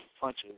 punches